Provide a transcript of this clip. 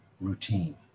routine